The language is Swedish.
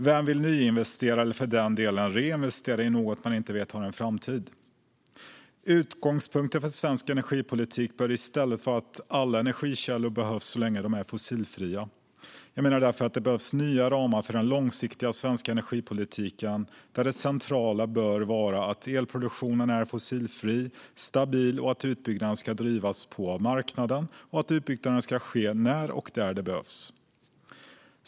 Vem vill nyinvestera eller för den delen återinvestera i något man inte vet har en framtid? Utgångspunkten för svensk energipolitik bör i stället vara att alla energikällor behövs så länge de är fossilfria. Jag menar därför att det behövs nya ramar för den långsiktiga svenska energipolitiken där det centrala bör vara att elproduktionen är fossilfri och stabil och att utbyggnad ska drivas på av marknaden och ske när och där det behövs.